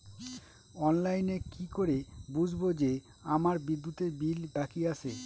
অনলাইনে কি করে বুঝবো যে আমার বিদ্যুতের বিল বাকি আছে?